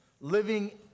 living